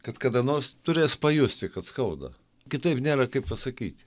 kad kada nors turės pajusti kad skauda kitaip nėra kaip pasakyti